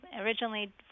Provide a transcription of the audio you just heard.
originally